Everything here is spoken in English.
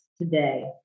today